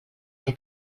que